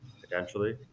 potentially